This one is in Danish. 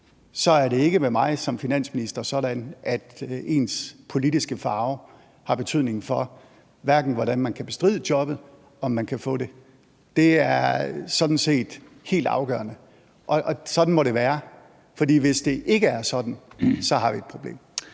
så er det ikke med mig som finansminister sådan, at ens politiske farve har betydning for, hvordan man kan bestride jobbet, eller om man kan få det. Det er sådan set helt afgørende, og sådan må det være, for hvis det ikke er sådan, har vi et problem.